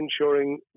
ensuring